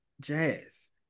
jazz